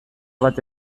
bat